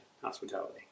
hospitality